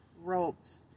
ropes